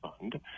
fund